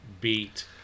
beat